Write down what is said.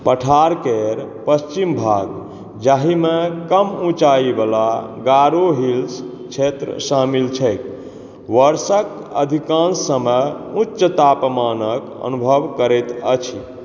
पठार केर पश्चिम भाग जाहिमे कम ऊँचाईवला गारो हिल्स क्षेत्र शामिल छै वर्षक अधिकांश समय उच्च तापमानक अनुभव करैत अछि